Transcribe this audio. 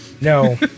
no